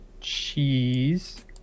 Cheese